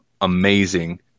amazing